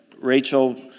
Rachel